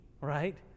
right